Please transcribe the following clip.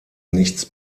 nichts